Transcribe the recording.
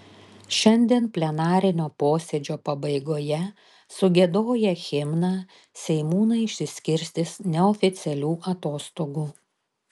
šiandien plenarinio posėdžio pabaigoje sugiedoję himną seimūnai išsiskirstys neoficialių atostogų